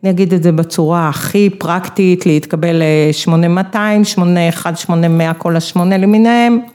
אני אגיד את זה בצורה הכי פרקטית, להתקבל לשמונה מאתיים, שמונה אחד, שמונה מאה, כל השמונה למיניהם.